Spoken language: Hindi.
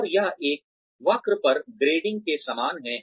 और यह एक वक्र पर ग्रेडिंग के समान है